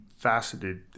faceted